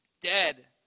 Dead